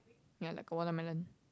ya like a watermelon